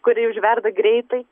kuri užverda greitai